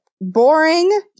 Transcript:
boring